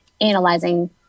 analyzing